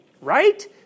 right